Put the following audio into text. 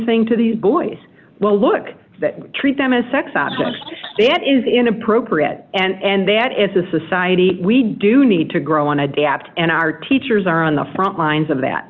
thing to these boys will look that treat them a sex object that is inappropriate and that as a society we do need to grow and adapt and our teachers are on the front lines of that